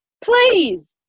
please